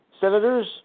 Senators